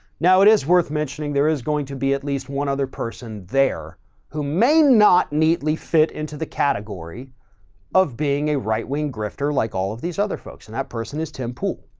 now it is worth mentioning there is going to be at least one other person there who may not neatly fit into the category of being a right wing grifter like all of these other folks. and that person is tim pool.